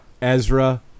Ezra